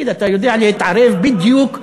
תגיד, אתה יודע להתערב בדיוק בקרשנדו.